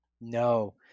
No